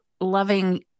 loving